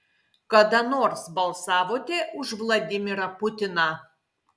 kada nors balsavote už vladimirą putiną